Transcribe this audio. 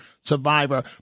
survivor